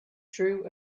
drew